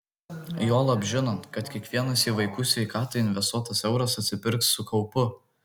juolab žinant kad kiekvienas į vaikų sveikatą investuotas euras atsipirks su kaupu